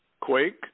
quake